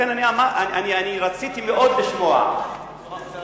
לכן אני רציתי מאוד לשמוע, היושב-ראש.